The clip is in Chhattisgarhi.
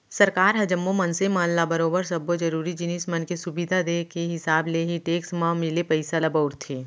सरकार ह जम्मो मनसे मन ल बरोबर सब्बो जरुरी जिनिस मन के सुबिधा देय के हिसाब ले ही टेक्स म मिले पइसा ल बउरथे